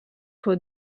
tuo